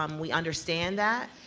um we understand that,